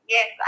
Yes